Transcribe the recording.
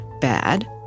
bad